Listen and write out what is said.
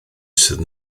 sydd